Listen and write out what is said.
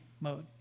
mode